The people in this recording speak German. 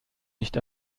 nicht